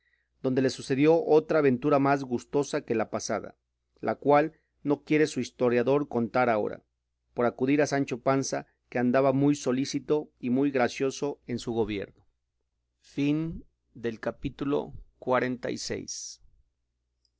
donde le sucedió otra aventura más gustosa que la pasada la cual no quiere su historiador contar ahora por acudir a sancho panza que andaba muy solícito y muy gracioso en su gobierno capítulo xlvii